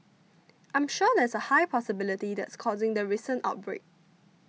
I'm sure there's a high possibility that's causing the recent outbreak